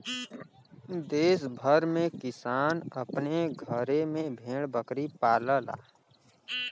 देस भर में किसान अपने घरे में भेड़ बकरी पालला